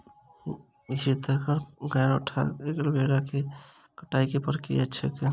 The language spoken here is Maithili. घृतक्वाइर, ग्यारपाठा वा एलोवेरा केँ कटाई केँ की प्रक्रिया छैक?